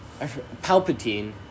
Palpatine